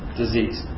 disease